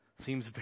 seems